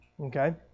Okay